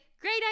great